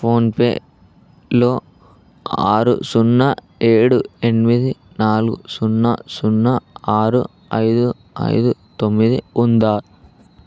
ఫోన్పేలో ఆరు సున్నా ఏడు ఎనిమిది నాలుగు సున్నా సున్నా ఆరు ఐదు ఐదు తొమ్మిది ఉందా